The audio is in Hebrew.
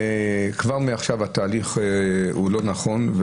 כבר מעכשיו התהליך הוא לא נכון,